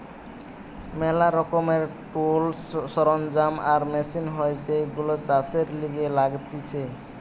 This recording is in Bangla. ম্যালা রকমের টুলস, সরঞ্জাম আর মেশিন হয় যেইগুলো চাষের লিগে লাগতিছে